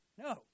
No